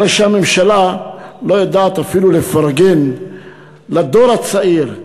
הרי שהממשלה לא יודעת אפילו לפרגן לדור הצעיר,